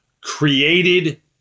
created